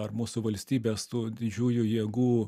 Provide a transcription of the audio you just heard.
ar mūsų valstybės tų didžiųjų jėgų